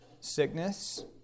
sickness